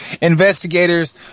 Investigators